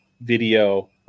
video